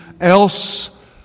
else